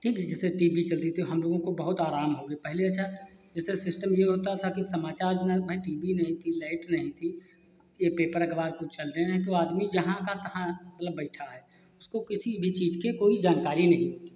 ठीक है जैसे टी बी चलती थी और हम लोगों को बहुत आराम हो गए पहले अच्छा जैसे सिस्टम यह होता था कि समाचार बिना भई टी बी नहीं थी लाइट नहीं थी यह पेपर अखबार कुछ चलते नहीं तो आदमी जहाँ का तहाँ मतलब बैठा है उसको किसी भी चीज़ की कोई जानकारी नहीं होती थी